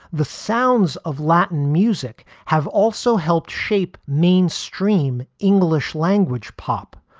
the sounds of latin music have also helped shape mainstream english language pop.